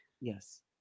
Yes